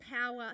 power